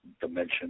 Dimension